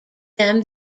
them